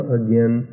again